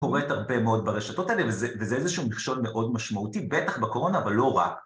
קורית הרבה מאוד ברשתות האלה, וזה איזה שהוא מכשול מאוד משמעותי, בטח בקורונה, אבל לא רק.